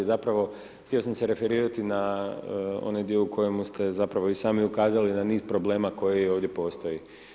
Zapravo, htio sam se referirati na onaj dio u kojemu ste, zapravo, i sami ukazali na niz problema koji ovdje postoji.